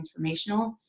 transformational